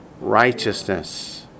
righteousness